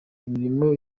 imirimo